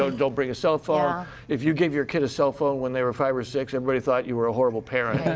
so don't bring a cellphone. if you give your kid a cellphone when they were five or six, everybody thought you were a horrible parent.